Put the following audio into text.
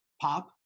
pop